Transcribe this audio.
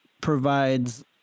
provides